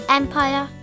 empire